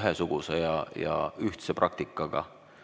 ühesuguse ja ühtse praktikaga,